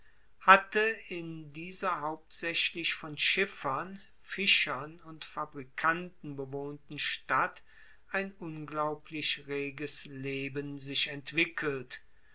hatte in dieser hauptsaechlich von schiffern fischern und fabrikanten bewohnten stadt ein unglaublich reges leben sich entwickelt